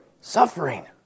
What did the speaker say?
Suffering